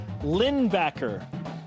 Lindbacker